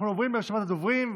אנחנו עוברים לרשימת הדוברים,